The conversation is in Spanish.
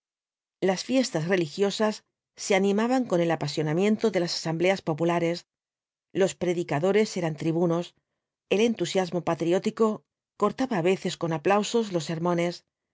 las fiestas religiosas se animaban con el apasionamiento de las asambleas populares los predicadores eran tribunos el entusiasmo patriótico cortaba á veces con aplausos los sermones